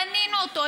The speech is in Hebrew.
בנינו אותו,